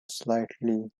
slightly